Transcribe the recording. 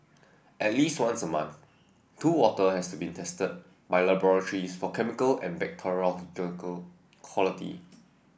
at least once a month pool water has to be tested by laboratories for chemical and bacteriological quality